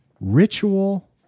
ritual